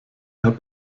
herr